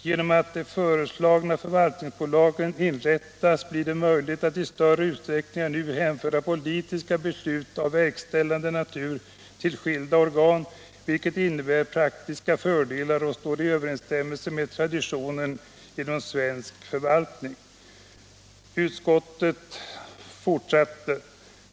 Genom att det föreslagna förvaltningsbolaget inrättas blir det möjligt att i större utsträckning än nu hänföra politiska beslut av verkställande natur till skilda organ, vilket innebär praktiska fördelar och står i överensstämmelse med traditionen inom svensk förvaltning.